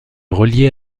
relié